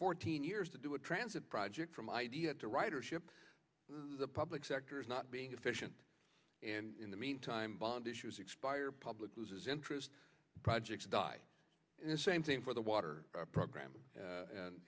fourteen years to do a transit project from idea to ridership the public sector is not being efficient and in the meantime bond issues expire public loses interest projects die and same thing for the water program